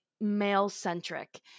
male-centric